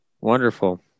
Wonderful